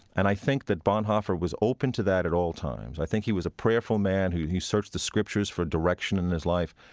and i think that bonhoeffer was open to that at all times. i think he was a prayerful man he searched the scriptures for direction in his life,